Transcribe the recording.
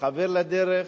חבר לדרך,